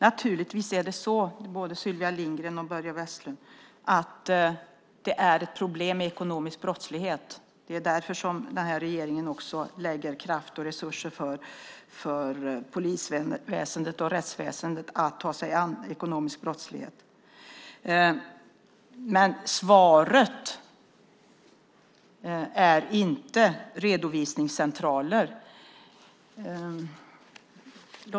Herr talman! Naturligtvis är ekonomisk brottslighet ett problem, Sylvia Lindgren och Börje Vestlund. Det är därför regeringen lägger kraft och resurser på att polisväsendet och rättsväsendet ska kunna ta sig an ekonomisk brottslighet. Men svaret är inte redovisningscentraler.